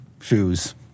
shoes